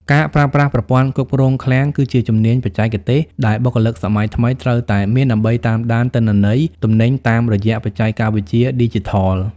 ការប្រើប្រាស់ប្រព័ន្ធគ្រប់គ្រងឃ្លាំង គឺជាជំនាញបច្ចេកទេសដែលបុគ្គលិកសម័យថ្មីត្រូវតែមានដើម្បីតាមដានទិន្នន័យទំនិញតាមរយៈបច្ចេកវិទ្យាឌីជីថល។